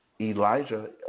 Elijah